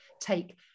take